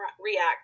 react